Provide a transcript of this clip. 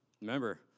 Remember